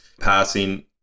passing